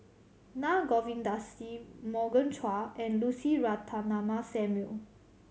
Naa Govindasamy Morgan Chua and Lucy Ratnammah Samuel